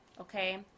okay